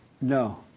No